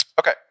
Okay